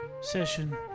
session